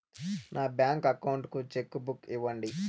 నా bank account కు cheque book ఇవ్వండి